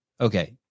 Okay